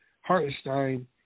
Hartenstein